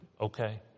Okay